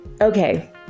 okay